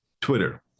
Twitter